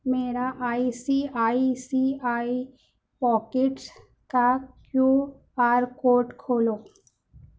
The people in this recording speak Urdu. میرا I C I C I pockets کا کیو آر کوڈ کھولو